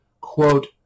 Quote